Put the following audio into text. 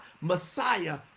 Messiah